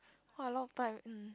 [wah] a lot of time um